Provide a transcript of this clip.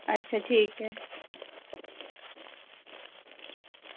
अच्छा ठीक ऐ